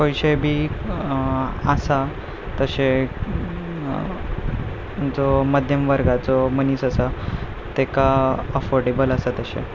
पयशे बी आसा तशे जो मध्यम वर्गाचो मनीस आसा तेका अफोर्डेबल आसा तशे